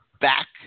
back